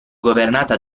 governata